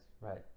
right